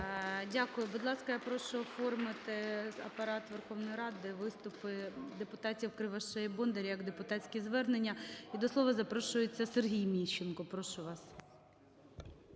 Дякую. Будь ласка, я прошу оформити Апарат Верховної Ради виступи депутатів Кривошеї і Бондаря як депутатські звернення. І до слова запрошується Сергій Міщенко. Прошу вас.